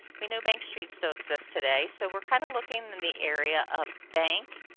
we know bank street still exists today so we are kind of looking in the area of bank,